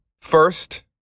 first